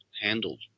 handled